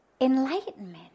Enlightenment